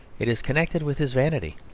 it is connected with his vanity,